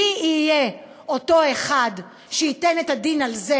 מי יהיה אותו אדם שייתן את הדין על זה